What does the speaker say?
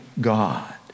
God